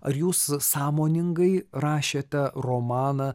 ar jūs sąmoningai rašėte romaną